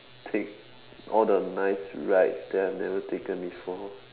take all the nice rides that I have never taken before